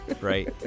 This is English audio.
right